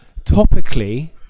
topically